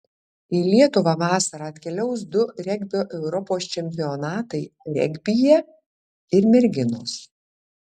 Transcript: į lietuvą vasarą atkeliaus du regbio europos čempionatai regbyje ir merginos